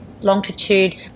Longitude